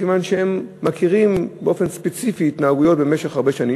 מכיוון ששם מכירים באופן ספציפי התנהגויות במשך הרבה שנים.